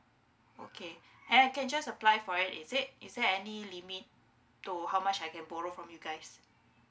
okay and I can just apply for it is it is there any limit to how much I can borrow from you guys